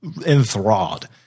enthralled